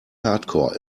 hardcore